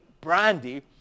Brandy